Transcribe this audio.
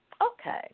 Okay